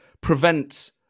prevent